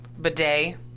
bidet